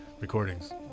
recordings